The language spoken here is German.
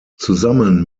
zusammen